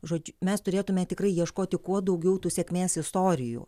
žodžiu mes turėtume tikrai ieškoti kuo daugiau tų sėkmės istorijų